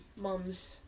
mum's